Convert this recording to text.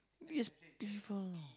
this people